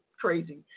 crazy